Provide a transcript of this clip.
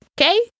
okay